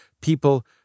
people